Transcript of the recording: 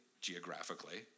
geographically